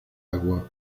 agua